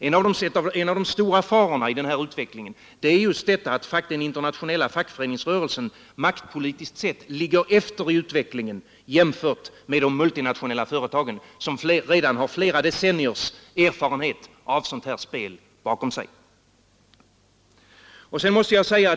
En av de stora farorna i den här utvecklingen är just att den internationella fackföreningsrörelsen maktpolitiskt sett ligger efter i utvecklingen jämfört med de multinationella företagen, som redan har flera decenniers erfarenhet av sådant här spel bakom sig.